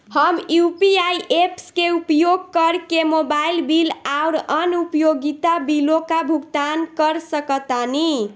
हम U P I apps करके mobile bill आउर अन्य उपयोगिता बिलों का भुगतान कर सकतानी